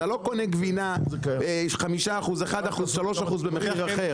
אתה לא קונה גבינה ב-5% 1% 3% במחיר אחר,